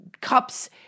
Cups